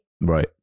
Right